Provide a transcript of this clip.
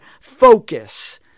focus